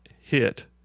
hit